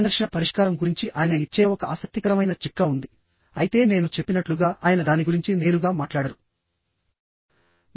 సంఘర్షణ పరిష్కారం గురించి ఆయన ఇచ్చే ఒక ఆసక్తికరమైన చిట్కా ఉంది అయితే నేను చెప్పినట్లుగా ఆయన దాని గురించి నేరుగా మాట్లాడరు